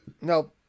Nope